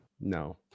No